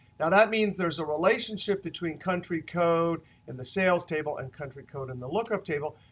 now that means there's a relationship between country code and the sales table and country code in the lookup table,